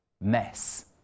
mess